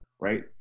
right